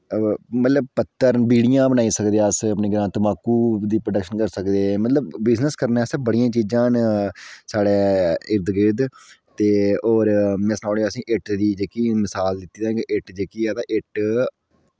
मतलब पत्तर न बिड़ियां बनाई सकदे अस अपने ग्रांऽ तम्बाकू दी प्रोडैक्शन करी सकदे मतलब बिजनस करनै आस्तै बड़ियां चीजां न साढ़ै इर्द गिर्द ते होर में सनाउड़ेआ तुसें इट्ट दी जेह्की मसाल दित्ती ऐ तां इट्ट जेह्की ऐ तां इट्ट